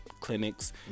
Clinics